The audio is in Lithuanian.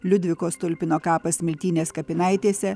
liudviko stulpino kapą smiltynės kapinaitėse